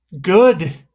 Good